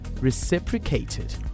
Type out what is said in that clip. reciprocated